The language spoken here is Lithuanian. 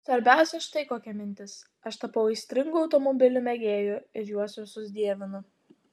svarbiausia štai kokia mintis aš tapau aistringu automobilių mėgėju ir juos visus dievinu